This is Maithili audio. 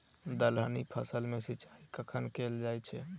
दलहनी फसल मे सिंचाई कखन कैल जाय छै?